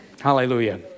Hallelujah